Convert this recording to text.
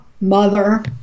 mother